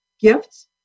gifts